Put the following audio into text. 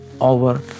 over